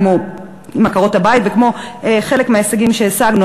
כמו עניין עקרות-הבית וכמו חלק מההישגים שהשגנו.